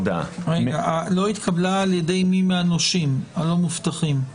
לא התקבלה על ידי מי, מהנושים הלא מובטחים.